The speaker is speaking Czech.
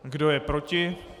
Kdo je proti?